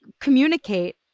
communicate